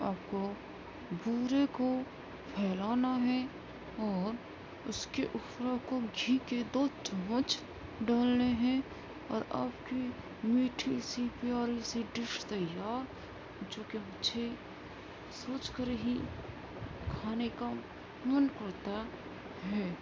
آپ کو بورے کو پھیلانا ہے اور اس کے اوپر کو گھی کی دو چمچ ڈالنے ہیں اور آپ کی میٹھی سی پیاری سی ڈش تیار جو کہ مجھے سوچ کر ہی کھانے کا من کرتا ہے